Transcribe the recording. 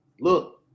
look